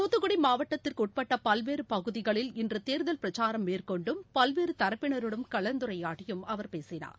தாத்துக்குடிமாவட்டத்திற்குட்பட்டபல்வேறுபகுதிகளில் இன்றுதேர்தல் பிரச்சாரம் மேற்கொண்டும் பல்வேறுதரப்பினருடன் கலந்தரையாடியும் அவர் பேசினார்